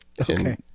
Okay